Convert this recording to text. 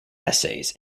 essays